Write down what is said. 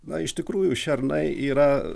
na iš tikrųjų šernai yra